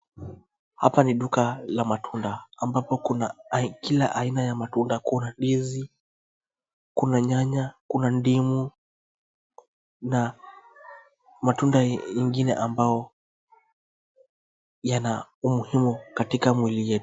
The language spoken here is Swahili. Hapa ni duka la matunda ambapo kuna kila aina ya matunda kuna ndizi, kuna nyanya, kuna ndimu na matunda ingine ambao yana umuhimu katika mwili yetu.